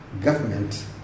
government